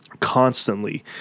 Constantly